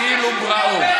כאילו בראו.